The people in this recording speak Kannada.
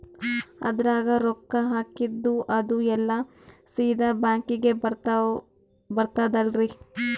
ಅದ್ರಗ ರೊಕ್ಕ ಹಾಕಿದ್ದು ಅದು ಎಲ್ಲಾ ಸೀದಾ ಬ್ಯಾಂಕಿಗಿ ಬರ್ತದಲ್ರಿ?